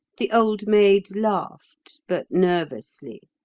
the old maid laughed, but nervously.